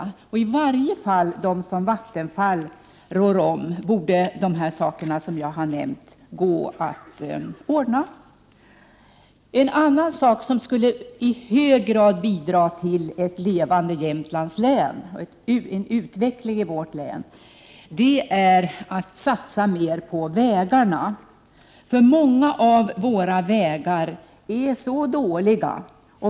I varje fall när det gäller de kraftverk som Vattenfall rår om, borde de saker jag har nämnt gå att ordna. En annan åtgärd som i hög grad skulle bidra till ett levande Jämtlands län och till en utveckling i vårt län skulle vara att satsa mer på vägarna. Många av våra vägar är mycket dåliga.